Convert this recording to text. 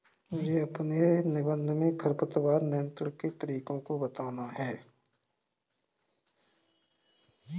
मुझे अपने निबंध में खरपतवार नियंत्रण के तरीकों को बताना है